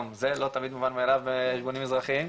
גם זה לא תמיד מובן מאליו בארגונים אזרחיים.